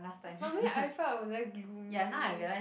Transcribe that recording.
probably I felt I was very gloomy